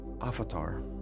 Avatar